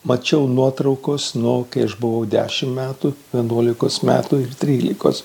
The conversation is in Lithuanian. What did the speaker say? mačiau nuotraukos nuo kai aš buvau dešimt metų vienuolikos metų ir trylikos